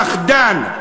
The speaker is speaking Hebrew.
פחדן,